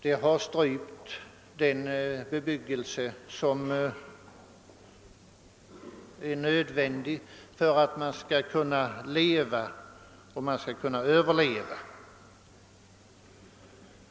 Det har strypt den bebyggelse som är nödvändig för att man skall kunna överleva.